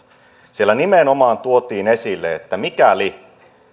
siellä nimenomaan tuotiin esille että mikäli